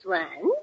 one